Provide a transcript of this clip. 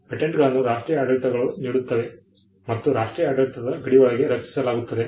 ಪೇಟೆಂಟ್ಗಳನ್ನು ರಾಷ್ಟ್ರೀಯ ಆಡಳಿತಗಳು ನೀಡುತ್ತವೆ ಮತ್ತು ರಾಷ್ಟ್ರೀಯ ಆಡಳಿತದ ಗಡಿಯೊಳಗೆ ರಕ್ಷಿಸಲಾಗುತ್ತದೆ